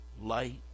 light